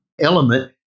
element